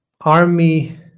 army